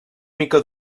mica